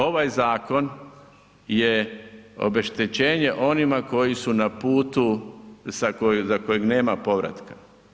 Ovaj zakon je obeštećenje onima koji su na putu za kojeg nema povratka.